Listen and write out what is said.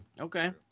Okay